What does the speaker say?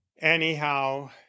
anyhow